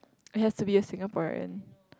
he has to be a Singaporean